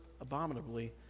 abominably